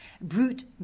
brute